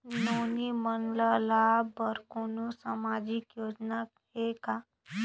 नोनी मन ल लाभ बर कोनो सामाजिक योजना हे का?